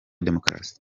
demokarasi